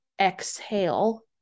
exhale